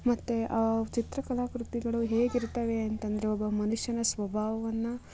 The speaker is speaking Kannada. ಮತ್ತು ಆ ಚಿತ್ರಕಲಾ ಕೃತಿಗಳು ಹೇಗಿರ್ತವೆ ಅಂತೆಂದ್ರೆ ಒಬ್ಬ ಮನುಷ್ಯನ ಸ್ವಭಾವವನ್ನು